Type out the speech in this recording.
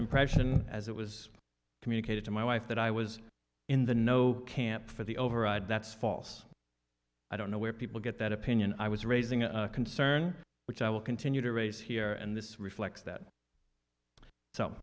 impression as it was communicated to my wife that i was in the no camp for the override that's false i don't know where people get that opinion i was raising a concern which i will continue to raise here and this reflects that so